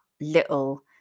little